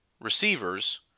receivers